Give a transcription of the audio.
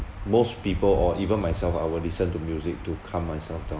most people or even myself I will listen to music to calm myself down